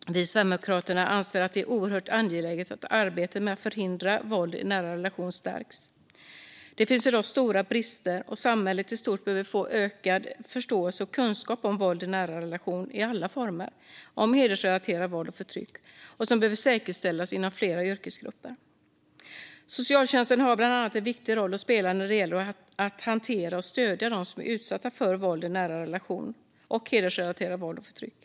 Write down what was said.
Vi i Sverigedemokraterna anser att det är oerhört angeläget att arbetet med att förhindra våld i nära relation stärks. Det finns i dag stora brister, och samhället i stort behöver få ökad förståelse och kunskap om våld i nära relation i alla former och om hedersrelaterat våld och förtryck. Det behöver säkerställas inom fler yrkesgrupper. Socialtjänsten har bland annat en viktig roll att spela när det gäller att hantera och stödja dem som är utsatta för våld i nära relation och för hedersrelaterat våld och förtryck.